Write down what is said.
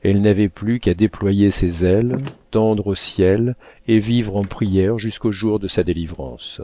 elle n'avait plus qu'à déployer ses ailes tendre au ciel et vivre en prières jusqu'au jour de sa délivrance